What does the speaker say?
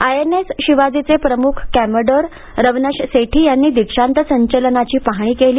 I N S शिवाजीचे प्रमुख commodore Ravnish Sethi यांनी दीक्षात संचलनाची पाहणी केली